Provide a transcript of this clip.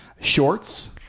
Shorts